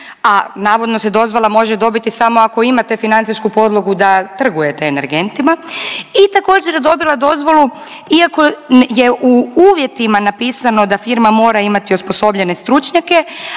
a navodno se dozvola može dobiti samo ako imate financijsku podlogu da trgujete energentima. I također je dobila dozvolu iako je u uvjetima napisano da firma mora imati osposobljene stručnjake,